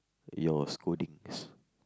your scoldings